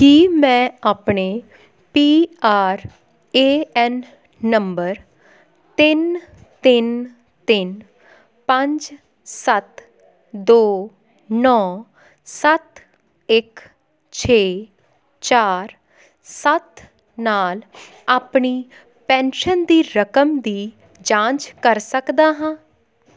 ਕੀ ਮੈਂ ਆਪਣੇ P R A N ਨੰਬਰ ਤਿੰਨ ਤਿੰਨ ਤਿੰਨ ਪੰਜ ਸੱਤ ਦੋ ਨੌਂ ਸੱਤ ਇੱਕ ਛੇ ਚਾਰ ਸੱਤ ਨਾਲ ਆਪਣੀ ਪੈਨਸ਼ਨ ਦੀ ਰਕਮ ਦੀ ਜਾਂਚ ਕਰ ਸਕਦਾ ਹਾਂ